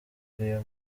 ariyo